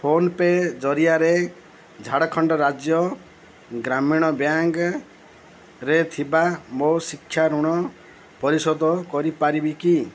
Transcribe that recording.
PhonePe ଜରିଆରେ ଝାଡ଼ଖଣ୍ଡ ରାଜ୍ୟ ଗ୍ରାମୀଣ ବ୍ୟାଙ୍କ୍ରେ ଥିବା ମୋ ଶିକ୍ଷା ଋଣ ମୁଁ ପରିଶୋଧ କରିପାରିବି କି